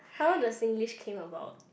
how the Singlish came about